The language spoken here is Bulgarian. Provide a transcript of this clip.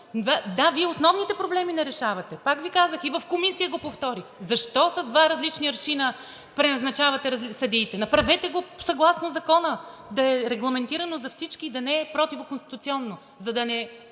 да, Вие основните проблеми не решавате. Пак Ви казах, и в Комисията го повторих – защо с два различни аршина преназначавате съдиите. Направете го съгласно Закона – да е регламентирано за всички и да не е противоконституционно, за да нямате